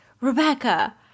Rebecca